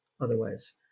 otherwise